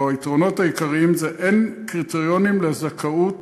או היתרונות העיקריים: אין קריטריונים על זכאות,